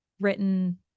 written